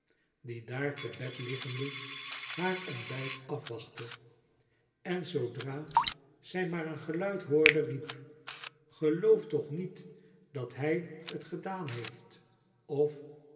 die daar te bed liggende haar ontbijt afwachtte en zoodra zij maar een geluid hoorde riep geloof toch niet dat hij net gedaan heeft of